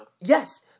Yes